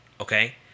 okay